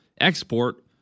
export